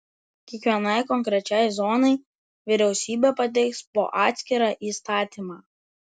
kiekvienai konkrečiai zonai vyriausybė pateiks po atskirą įstatymą